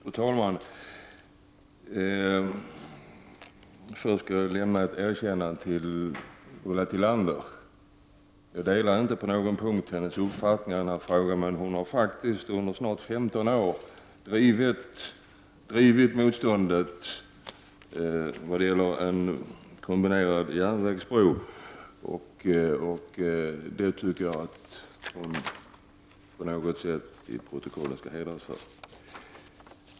Fru talman! Först skall jag ge Ulla Tillander ett erkännande. Jag delar inte på någon punkt hennes uppfattning i den här frågan, men hon har faktiskt under snart 15 år drivit motståndet mot en kombinerad biloch järnvägsbro, och det tycker jag att hon på något sätt i protokollet skall hedras för.